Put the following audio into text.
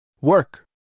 Work